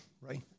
right